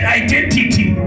identity